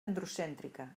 androcèntrica